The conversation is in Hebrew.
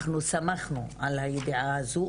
אנחנו שמחנו על הידיעה הזו,